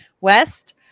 West